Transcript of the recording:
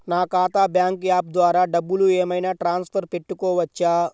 నా ఖాతా bank app ద్వారా డబ్బులు ఏమైనా ట్రాన్స్ఫర్ పెట్టుకోవచ్చా?